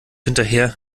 hinterher